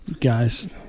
Guys